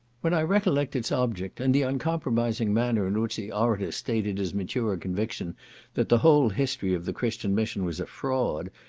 when i recollect its object, and the uncompromising manner in which the orator stated his mature conviction that the whole history of the christian mission was a fraud,